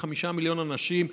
כ-5 מיליון אנשים,